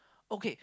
okay